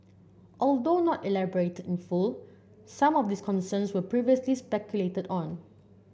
although not elaborated in full some of these concerns were previously speculated on